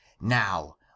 now